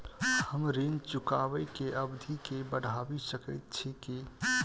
हम ऋण चुकाबै केँ अवधि केँ बढ़ाबी सकैत छी की?